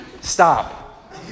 Stop